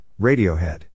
Radiohead